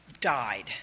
died